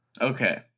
Okay